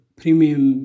premium